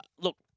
Look